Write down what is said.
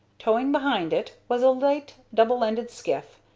towing behind it was a light double-ended skiff,